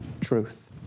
truth